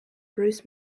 bruce